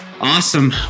awesome